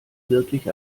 wirklich